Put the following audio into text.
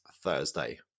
thursday